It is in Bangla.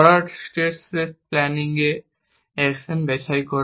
ফরোয়ার্ড স্টেট স্পেস প্ল্যানিংয়ে অ্যাকশন বাছাই করা